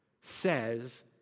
says